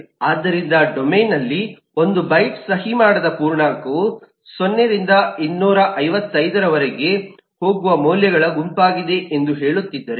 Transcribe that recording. ಆದ್ದರಿಂದ ಡೊಮೇನ್ ಅಲ್ಲಿ 1 ಬೈಟ್ ಸಹಿ ಮಾಡದ ಪೂರ್ಣಾಂಕವು 0 ರಿಂದ 255 ರವರೆಗೆ ಹೋಗುವ ಮೌಲ್ಯಗಳ ಗುಂಪಾಗಿದೆ ಎಂದು ಹೇಳುತ್ತಿದ್ದರೆ